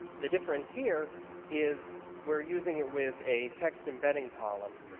the difference here is we're using it with a text embedding column.